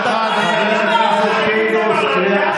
חבר הכנסת פינדרוס.